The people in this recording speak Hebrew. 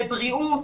לבריאות,